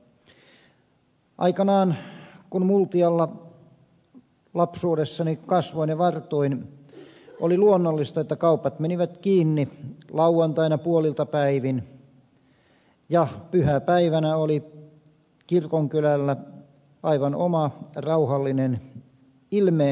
aikanaan kun multialla lapsuudessani kasvoin ja vartuin oli luonnollista että kaupat menivät kiinni lauantaina puolilta päivin ja pyhäpäivänä oli kirkonkylällä aivan oma rauhallinen ilmeensä